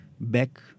back